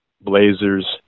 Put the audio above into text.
Blazers